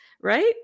right